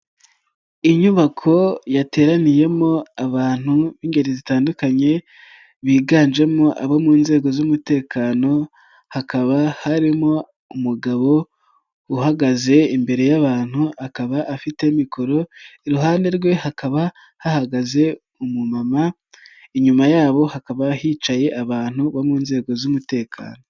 Inyubako yateraniyemo abantu b'ingeri zitandukanye, biganjemo abo mu nzego z'umutekano, hakaba harimo umugabo uhagaze imbere y'abantu, akaba afite mikoro iruhande rwe hakaba hahagaze umumama, inyuma yabo hakaba hicaye abantu bo mu nzego z'umutekano.